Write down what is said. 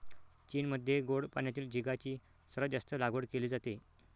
चीनमध्ये गोड पाण्यातील झिगाची सर्वात जास्त लागवड केली जाते